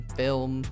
film